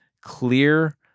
clear